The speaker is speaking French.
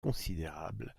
considérable